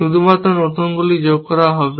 শুধুমাত্র নতুনগুলি যোগ করা হবে